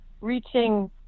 reaching